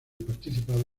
participado